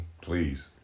Please